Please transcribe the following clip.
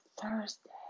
Thursday